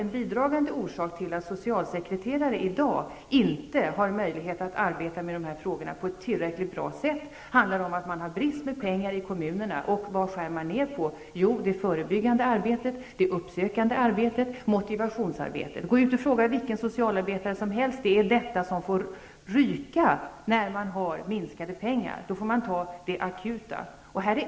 En bidragande orsak till att socialsekreterare i dag inte har möjlighet att arbeta med de här frågorna på ett tillräckligt bra sätt är att man har brist på pengar i kommunerna. Vad skär man ned på? Jo, det förebyggande arbetet, det uppsökande arbetet, motivationsarbetet. Gå ut och fråga vilken socialarbetare som helst; det är detta som ryker när man har minskade resurser. Då får man ta det akuta.